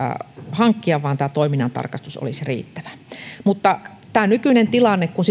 hankkia vaan että tämä toiminnantarkastus olisi riittävä mutta tämä nykyinen tilanne kun